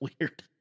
weird